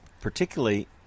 particularly